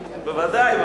בוודאי.